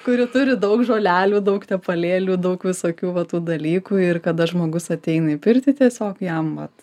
kuri turi daug žolelių daug tepalėlių daug visokių va tų dalykų ir kada žmogus ateina į pirtį tiesiog jam vat